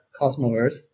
Cosmoverse